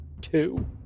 two